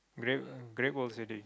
great Great World City